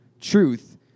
truth